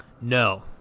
No